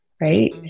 right